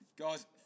Guys